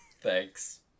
Thanks